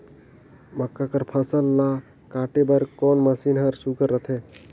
मक्का कर फसल ला काटे बर कोन मशीन ह सुघ्घर रथे?